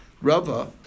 Rava